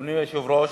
אדוני היושב-ראש,